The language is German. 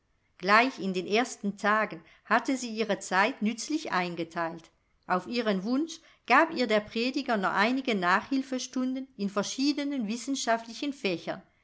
gleich in den ersten tagen hatte sie ihre zeit nützlich eingeteilt auf ihren wunsch gab ihr der prediger noch einige nachhilfestunden in verschiedenen wissenschaftlichen fächern